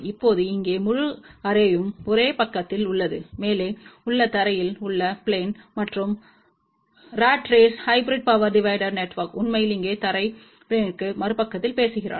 இப்போது இங்கே முழு அரேயும் ஒரு பக்கத்தில் உள்ளது மேலே உள்ள தரையில் உள்ள ப்லேன் மற்றும் rat race hybrid power divider network உண்மையில் இங்கே தரை ப்லேன்த்தின் மறுபக்கத்தில் பேசுகிறார்